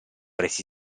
resi